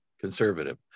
conservative